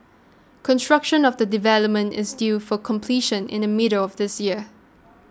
construction of the development is due for completion in the middle of this year